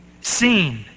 seen